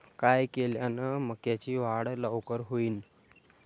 काय केल्यान मक्याची वाढ लवकर होईन?